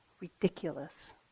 Ridiculous